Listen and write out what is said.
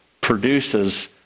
produces